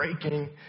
breaking